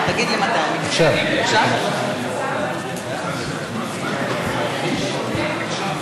חבריי וחברותיי חברות הכנסת,